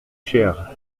chers